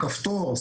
כפתור,